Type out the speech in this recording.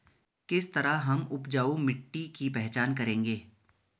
किस तरह हम उपजाऊ मिट्टी की पहचान करेंगे?